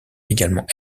également